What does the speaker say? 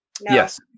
Yes